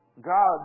God